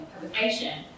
publication